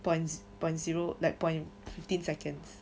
points point zero like point fifteen seconds